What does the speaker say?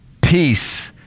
peace